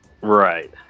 Right